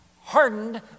Hardened